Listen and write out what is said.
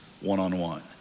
one-on-one